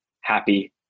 happy